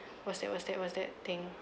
what's that what's that what's that thing